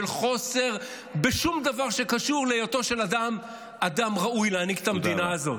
של חוסר בשום דבר שקשור להיותו של אדם אדם ראוי להנהיג את המדינה הזאת.